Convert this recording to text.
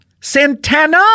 Santana